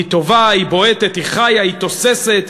היא טובה, היא בועטת, היא חיה, היא תוססת.